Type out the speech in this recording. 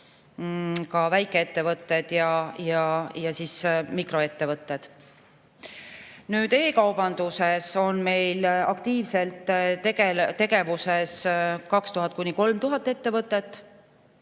on väike- ja mikroettevõtted. Nüüd, e-kaubanduses on meil aktiivselt tegevuses 2000–3000 ettevõtet,